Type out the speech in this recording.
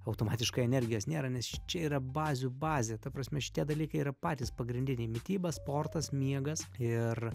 automatiškai energijos nėra nes čia yra bazių bazė ta prasme šitie dalykai yra patys pagrindiniai mityba sportas miegas ir